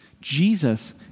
Jesus